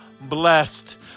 blessed